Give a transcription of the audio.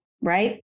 right